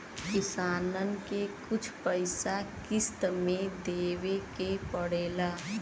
किसानन के कुछ पइसा किश्त मे देवे के पड़ेला